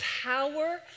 power